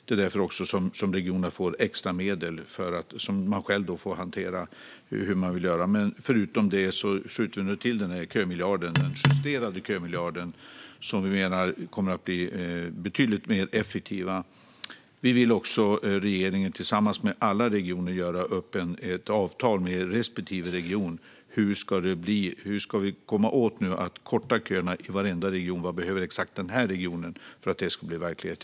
Regionerna får dessutom extra medel som de själva får hantera och bestämma vad de vill göra med. Förutom detta skjuter vi till en justerad kömiljard som vi menar kommer att bli betydligt mer effektiv. Regeringen vill också tillsammans med alla regioner göra upp ett avtal med respektive region om hur man ska komma åt problemet och kunna korta köerna i varenda region. Vad behöver exakt den här regionen för att det ska bli verklighet?